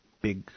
Big